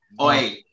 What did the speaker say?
Oi